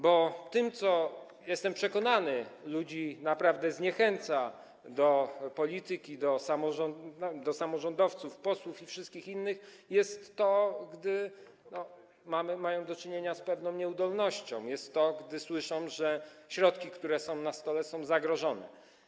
Bo tym, co, jestem przekonany, ludzi naprawdę zniechęca do polityki, do samorządowców, posłów i wszystkich innych, jest to, gdy mają do czynienia z pewną nieudolnością, gdy słyszą, że środki, które są na stole, są zagrożone.